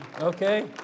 okay